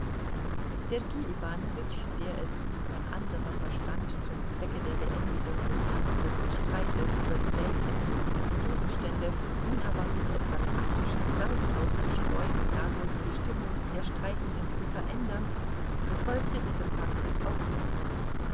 sergei iwanowitsch der es wie kein anderer verstand zum zwecke der beendigung des ernstesten streites über die weltentrücktesten gegenstände unerwartet etwas attisches salz auszustreuen und dadurch die stimmung der streitenden zu verändern befolgte diese praxis auch jetzt